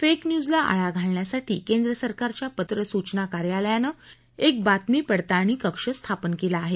fake न्यूजला आळा घालण्यासाठी केंद्रसरकारच्या पत्रसूचना कार्यालयानं एक बातमी पडताळणी कक्ष स्थापन केला आहे